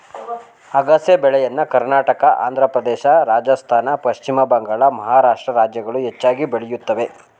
ಅಗಸೆ ಬೆಳೆಯನ್ನ ಕರ್ನಾಟಕ, ಆಂಧ್ರಪ್ರದೇಶ, ರಾಜಸ್ಥಾನ್, ಪಶ್ಚಿಮ ಬಂಗಾಳ, ಮಹಾರಾಷ್ಟ್ರ ರಾಜ್ಯಗಳು ಹೆಚ್ಚಾಗಿ ಬೆಳೆಯುತ್ತವೆ